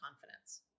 confidence